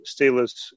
Steelers